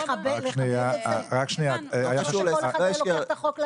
בבקשה, חברת הכנסת דבי